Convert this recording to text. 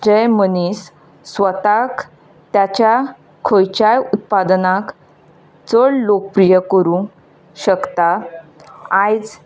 जे मनीस स्वताक त्याच्या खंयच्याय उत्पादनाक चड लोकप्रीय करूंक शकता आयज